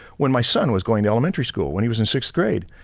when my son was going to elementary school, when he was in sixth grade,